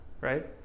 right